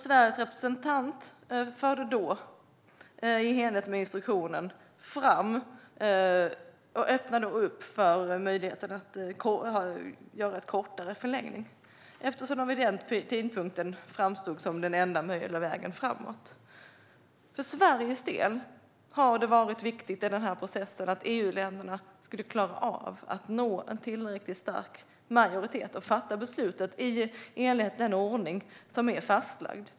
Sveriges representant öppnade då, i enlighet med instruktionen, upp för möjligheten att göra en kortare förlängning, eftersom detta vid tidpunkten framstod som den enda möjliga vägen framåt. För Sveriges del har det i denna process varit viktigt att EU-länderna skulle klara att nå en tillräckligt stor majoritet och fatta beslut i enlighet med den ordning som är fastlagd.